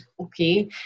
okay